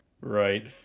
Right